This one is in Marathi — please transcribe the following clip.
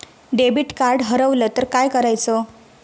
डेबिट कार्ड हरवल तर काय करायच?